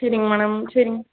சரிங்க மேடம் சரிங்க